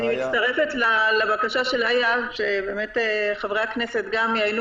אני מצטרפת לבקשה של סנ"צ גורצקי שחברי הכנסת יעיינו